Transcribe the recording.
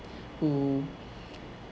who